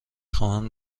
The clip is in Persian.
خواهم